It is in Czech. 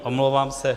Omlouvám se.